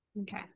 Okay